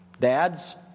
Dads